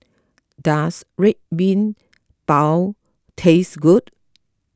does Red Bean Bao taste good